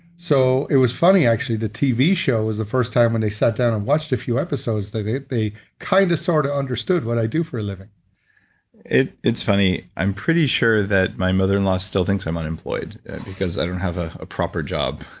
so it was funny actually the tv show is the first time when they sat down and watched a few episodes that they they kind of sort of understood what i do for a living it's funny. i'm pretty sure that my mother-in-law still thinks i'm unemployed because i don't have ah a proper job.